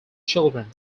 children